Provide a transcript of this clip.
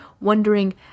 wondering